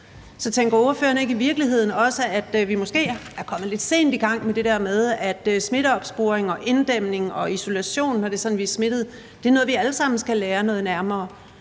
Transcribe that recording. Så tænker ordføreren i virkeligheden ikke også, at vi måske er kommet lidt sent i gang med det der med smitteopsporing og inddæmning og isolation, når det er sådan, at vi er smittede, og at det er noget, vi alle sammen skal lære noget mere